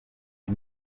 les